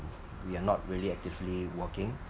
we are not really actively working